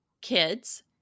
kids